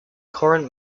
current